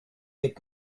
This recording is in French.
est